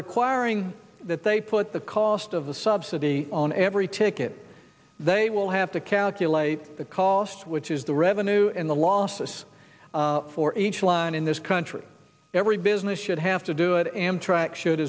requiring that they put the cost of the subsidy on every ticket they will have to calculate the cost which is the revenue in the losses for each line in this country every business should have to do it amtrak sho